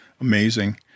amazing